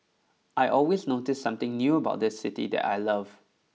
I always notice something new about this city that I love